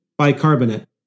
Bicarbonate